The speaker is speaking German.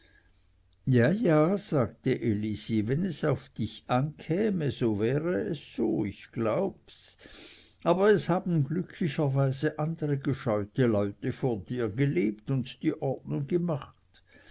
ja ja sagte elisi wenn es auf dich ankäme so wäre es so ich glaubs aber es haben glücklicherweise andere gescheute leute vor dir gelebt und die ordnung gemacht